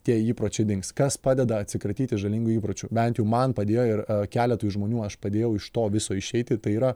tie įpročiai dings kas padeda atsikratyti žalingų įpročių bent jau man padėjo ir keletui žmonių aš padėjau iš to viso išeiti tai yra